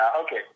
Okay